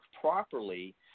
properly